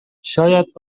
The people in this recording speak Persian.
شاید